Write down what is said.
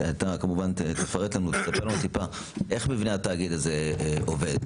תפרט ותספר לנו איך מבנה התאגיד הזה עובד.